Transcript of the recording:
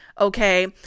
okay